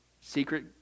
secret